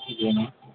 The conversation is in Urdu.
جی میں